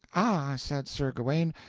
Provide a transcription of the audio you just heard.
ah, said sir gawaine,